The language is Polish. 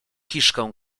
kiszkę